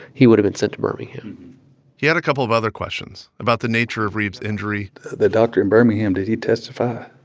he would've been sent to birmingham he had a couple of other questions about the nature of reeb's injury the doctor in birmingham did he testify?